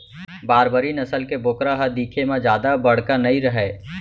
बारबरी नसल के बोकरा ह दिखे म जादा बड़का नइ रहय